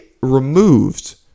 removed